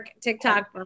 tiktok